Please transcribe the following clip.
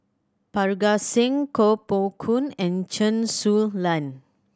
Parga Singh Koh Poh Koon and Chen Su Lan